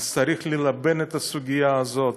אז צריך ללבן את הסוגיה הזאת